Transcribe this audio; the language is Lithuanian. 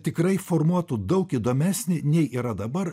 tikrai formuotų daug įdomesnį nei yra dabar